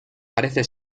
parece